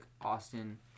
Austin